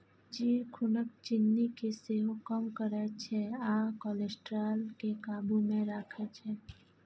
जीर खुनक चिन्नी केँ सेहो कम करय छै आ कोलेस्ट्रॉल केँ काबु मे राखै छै